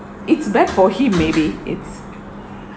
it's bad for him maybe it's